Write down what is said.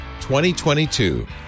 2022